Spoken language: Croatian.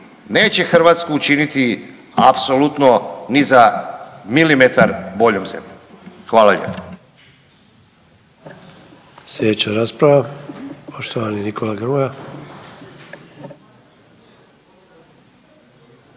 neće Hrvatsku učiniti apsolutno ni za milimetar boljom zemljom. Hvala lijepo.